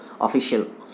official